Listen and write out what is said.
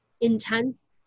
intense